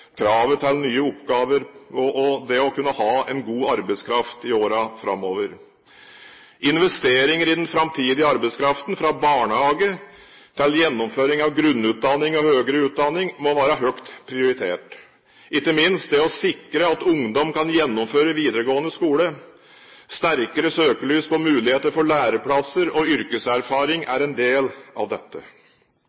kravet til nye oppgaver og det å kunne ha en god arbeidskraft i årene framover. Investeringer i den framtidige arbeidskraften, fra barnehage til gjennomføring av grunnutdanning og høyere utdanning, må være høyt prioritert, ikke minst det å sikre at ungdom kan gjennomføre videregående skole. Sterkere søkelys på muligheter for læreplasser og yrkeserfaring